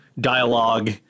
dialogue